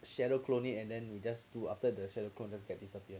shadow clone it and then you just do after the shadow clone get disappear